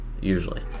usually